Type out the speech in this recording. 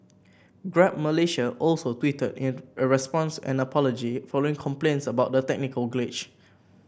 Grab Malaysia also tweeted a response and apology following complaints about the technical glitch